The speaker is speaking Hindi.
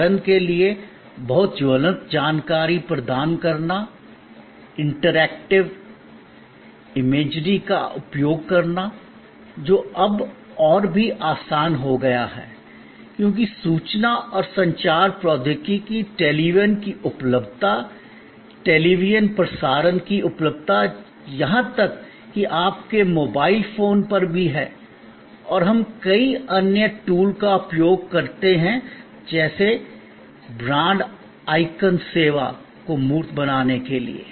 उदाहरण के लिए बहुत ज्वलंत जानकारी प्रदान करना इंटरैक्टिव इमेजरी का उपयोग करना जो अब और भी आसान हो गया है क्योंकि सूचना और संचार प्रौद्योगिकी टेलीविजन की उपलब्धता टेलीविजन प्रसारण की उपलब्धता यहां तक कि आपके मोबाइल फोन पर भी है और हम कई अन्य टूल का उपयोग करते हैं जैसे ब्रांड आइकन सेवा को मूर्त बनाने के लिए